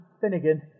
Finnegan